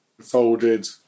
folded